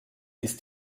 ist